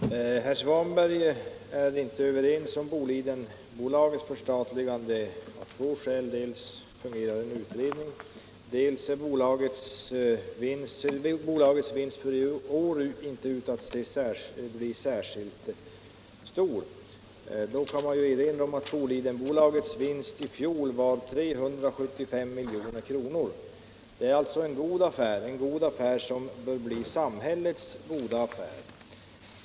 Herr talman! Herr Svanberg är inte överens med mig om Bolidenbolagets förstatligande av två skäl: dels arbetar en utredning, dels ser bolagets vinst i år inte ut att bli särskilt stor. Då kan man ju erinra om att Bolidenbolagets vinst i fjol var 375 milj.kr. Det är alltså en god affär, en god affär som bör bli samhällets goda affär.